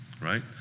right